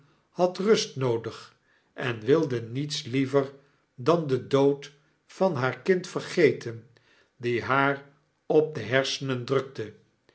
had rust noodig en wilde niets liever dan den dood van haar kind vergeten die haar op de hersenen drukte